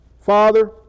Father